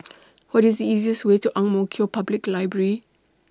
What IS The easiest Way to Ang Mo Kio Public Library